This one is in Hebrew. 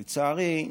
לצערי,